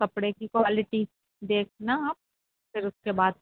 کپڑے کی کوالٹی دیکھنا آپ پھر اس کے بعد